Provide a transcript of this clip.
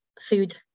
food